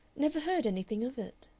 never heard anything of it.